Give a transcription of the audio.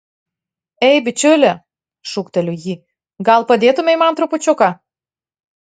ei bičiuli šūkteliu jį gal padėtumei man trupučiuką